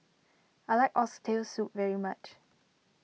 I like Oxtail Soup very much